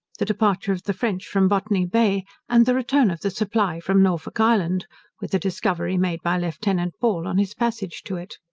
the departure of the french from botany bay and the return of the supply from norfolk island with a discovery made by lieutenant ball on his passage to it.